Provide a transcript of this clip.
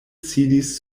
sidis